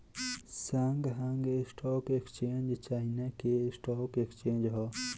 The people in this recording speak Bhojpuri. शांगहाई स्टॉक एक्सचेंज चाइना के स्टॉक एक्सचेंज ह